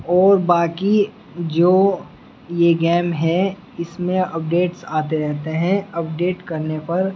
اور باقی جو یہ گیم ہے اس میں اپڈیٹس آتے رہتے ہیں اپڈیٹ کرنے پر